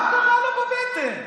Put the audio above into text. מה קרה לו בבטן?